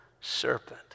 serpent